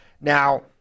Now –